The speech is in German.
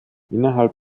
innerhalb